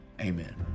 amen